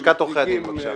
לשכת עורכי הדין, בבקשה.